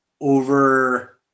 over –